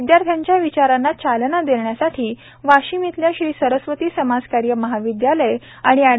विद्यार्थ्यांच्या विचारांना चालना देण्यासाठी वाशिम येथील सरस्वती समाजकार्य महाविद्यालय आणि अँड